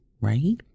right